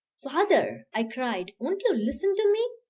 father, i cried, won't you listen to me?